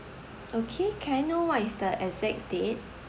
okay can I know what is the exact date